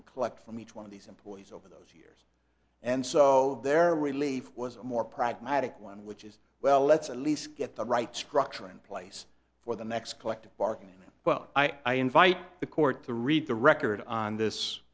and collect from each one of these employees over those and so there really was a more pragmatic one which is well let's at least get the right structure in place for the next collective bargaining well i invite the court to read the record on this